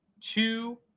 two